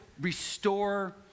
restore